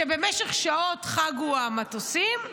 שבמשך שעות חגו המטוסים,